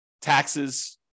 taxes